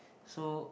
so